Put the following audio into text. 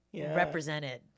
represented